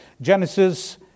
Genesis